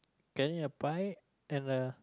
getting a pie and the